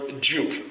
juke